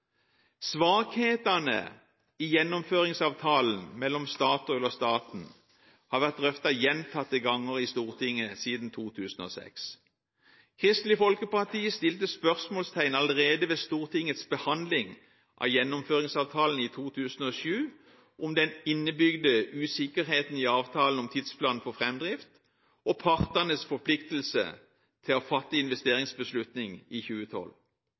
Svakhetene i Gjennomføringsavtalen mellom Statoil og staten har vært drøftet gjentatte ganger i Stortinget siden 2006. Kristelig Folkeparti satte spørsmålstegn allerede ved Stortingets behandling av Gjennomføringsavtalen i 2007 om den innebygde usikkerheten i avtalen om tidsplanen for framdrift og partenes forpliktelse til å fatte en investeringsbeslutning i 2012.